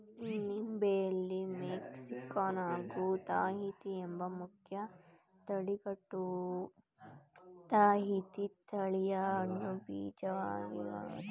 ನಿಂಬೆಯಲ್ಲಿ Mexican ಹಾಗೂ Tahiti ಎಂಬ ಮುಖ್ಯ ತಳಿಗಳುಂಟು ತಾಹಿತಿ ತಳಿಯ ಹಣ್ಣು ಬೀಜರಹಿತ ವಾಗಯ್ತೆ